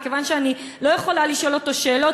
מכיוון שאני לא יכולה לשאול אותו שאלות